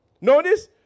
Notice